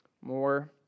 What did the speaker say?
more